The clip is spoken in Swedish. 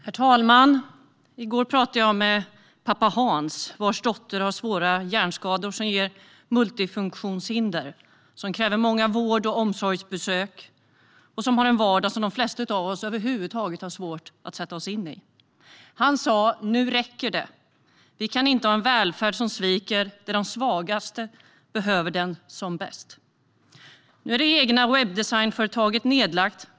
Herr talman! I går pratade jag med pappa Hans, vars dotter har svåra hjärnskador som ger multifunktionshinder. Det kräver många vård och omsorgsbesök. De har en vardag som de flesta av oss över huvud taget har svårt att sätta oss in i. Han sa: Nu räcker det. Vi kan inte ha en välfärd som sviker där de svagaste behöver den som bäst. Nu är det egna webbdesignföretaget nedlagt.